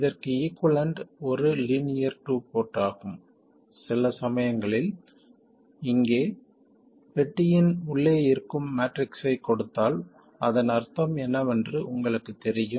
இதற்கு ஈகுவலன்ட் ஒரு linear two port ஆகும் சில சமயங்களில் இங்கே பெட்டியின் உள்ளே இருக்கும் மேட்ரிக்ஸைக் கொடுத்தால் அதன் அர்த்தம் என்னவென்று உங்களுக்குத் தெரியும்